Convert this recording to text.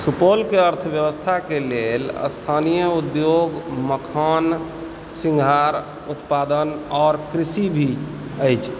सुपौलके अर्थव्यवस्थाकऽ लेल स्थानीय उद्योग मखान सिंघार उत्पादन आओर कृषि भी अछि